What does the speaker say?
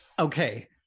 Okay